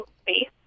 space